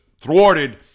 thwarted